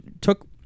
took